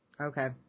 Okay